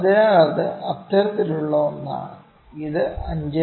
അതിനാൽ അത് അത്തരത്തിലുള്ള ഒന്നാണ് ഇത് 5